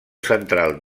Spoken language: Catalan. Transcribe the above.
central